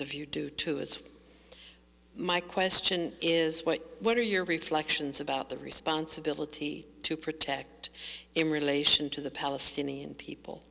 if you do too it's my question is what are your reflections about the responsibility to protect in relation to the palestinian people